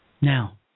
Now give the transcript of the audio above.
Now